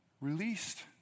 released